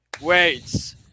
wait